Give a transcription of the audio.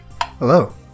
Hello